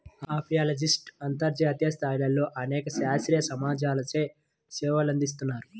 అపియాలజిస్ట్లు అంతర్జాతీయ స్థాయిలో అనేక శాస్త్రీయ సమాజాలచే సేవలందిస్తున్నారు